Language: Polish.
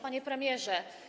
Panie Premierze!